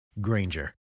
Granger